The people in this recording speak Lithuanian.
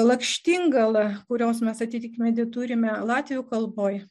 lakštingala kurios mes atitikmenį turime latvių kalboj